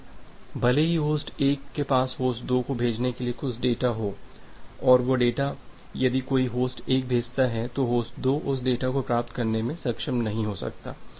अब भले ही होस्ट 1 के पास होस्ट 2 को भेजने के लिए कुछ डेटा हो और वह डेटा यदि कोई होस्ट 1 भेजता है तो होस्ट 2 उस डेटा को प्राप्त करने में सक्षम नहीं हो सकता है